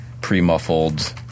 pre-muffled